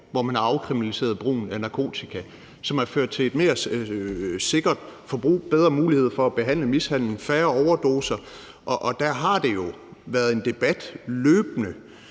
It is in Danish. hvor de har afkriminaliseret brugen af narkotika, hvilket har ført til et mere sikkert forbrug, bedre muligheder for at behandle misbrug, færre overdoser osv. Der har jo løbende været en debat, både